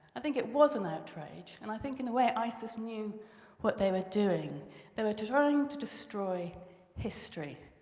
i think it was an outrage, and i think, in a way, isis knew what they were doing they were trying to destroy history.